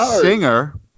singer